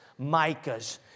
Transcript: Micahs